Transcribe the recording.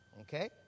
okay